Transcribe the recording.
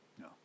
No